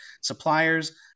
suppliers